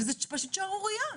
זה פשוט שערורייה.